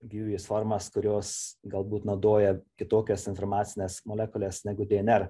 gyvybės formas kurios galbūt naudoja kitokias informacines molekules negu dnr